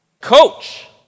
Coach